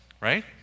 right